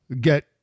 get